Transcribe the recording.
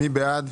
מי בעד?